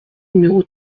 numéro